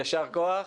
יישר כוח,